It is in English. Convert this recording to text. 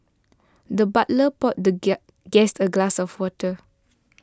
the butler poured the guest a glass of water